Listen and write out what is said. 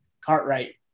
Cartwright